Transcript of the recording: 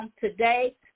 today